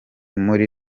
muri